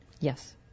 Yes